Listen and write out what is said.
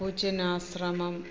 കപൂചിനാശ്രമം